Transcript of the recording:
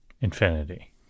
infinity